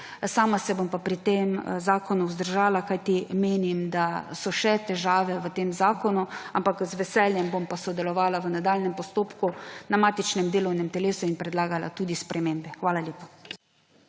Sama se bom pri tem zakonu vzdržala, kajti menim, da so še težave v tem zakonu, ampak z veseljem bom pa sodelovala v nadaljnjem postopku na matičnem delovnem telesu in predlagala tudi spremembe. Hvala lepa.